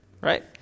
right